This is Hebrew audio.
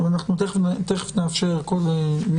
תכף נאפשר הכול.